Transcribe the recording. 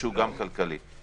אני לא חולק על זה.